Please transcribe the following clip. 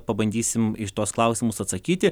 pabandysim į šituos klausimus atsakyti